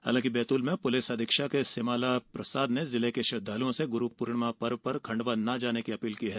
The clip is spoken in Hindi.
वहीं बैतूल में पुलिस अधीक्षक सिमाला प्रसाद ने जिले के श्रद्धालुओं से गुरू पूर्णिमा पर्व पर खंडवा न जाने की अपील की है